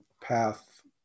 path